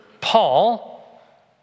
Paul